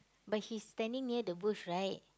but he's standing near the bush right